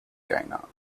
china